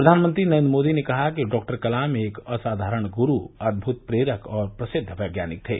प्रधानमंत्री नरेन्द्र मोदी ने कहा कि डॉक्टर कलाम एक असाधारण गुरू अदभृत प्रेरक और प्रसिद्व वैज्ञानिक थे